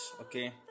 okay